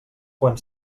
quan